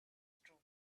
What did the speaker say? true